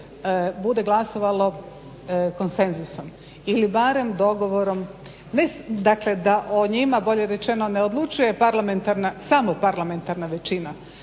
bude glasovalo konsenzusom ili barem dogovorom, ne dakle da o njima bolje rečeno ne odlučuje samo parlamentarna većina